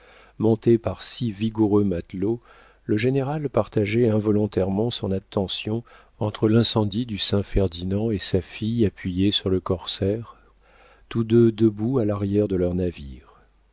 montée par six vigoureux matelots le général partageait involontairement son attention entre l'incendie du saint ferdinand et sa fille appuyée sur le corsaire tous deux debout à l'arrière de leur navire